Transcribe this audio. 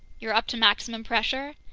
you're up to maximum pressure?